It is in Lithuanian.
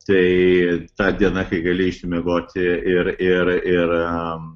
tai ta diena kai gali išmiegoti ir ir ir